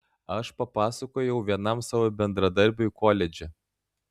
aš papasakojau vienam savo bendradarbiui koledže